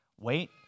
Wait